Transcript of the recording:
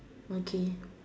okay